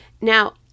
Now